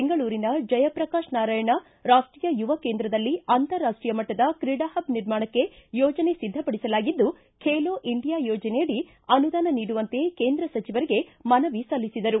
ಬೆಂಗಳೂರಿನ ಜಯಪ್ರಕಾಶ ನಾರಾಯಣ ರಾಷ್ಟೀಯ ಯುವ ಕೇಂದ್ರದಲ್ಲಿ ಅಂತಾರಾಷ್ಟೀಯ ಮಟ್ಟದ ತ್ರೀಡಾ ಹಬ್ ನಿರ್ಮಾಣಕ್ಕೆ ಯೋಜನೆ ಸಿದ್ಧಪಡಿಸಲಾಗಿದ್ದು ಬೇಲೋ ಇಂಡಿಯಾ ಯೋಜನೆಯಡಿ ಅನುದಾನ ನೀಡುವಂತೆ ಕೇಂದ್ರ ಸಚಿವರಿಗೆ ಮನವಿ ಸಲ್ಲಿಸಿದರು